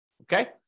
Okay